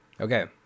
okay